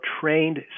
trained